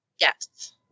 yes